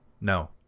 No